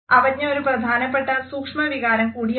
അവജ്ഞ ഒരു പ്രധാനപ്പെട്ട സൂക്ഷ്മവികാരംകൂടിയാണ്